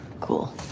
Cool